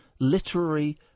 Literary